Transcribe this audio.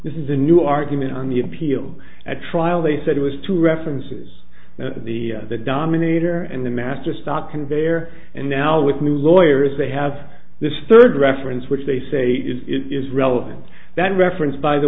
this is a new argument on the appeal at trial they said it was two references that the dominator and the master stopped conveyor and now with new lawyers they have this third reference which they say is it is relevant that reference by the